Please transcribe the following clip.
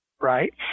right